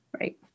Right